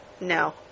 No